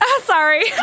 sorry